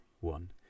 one